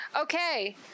Okay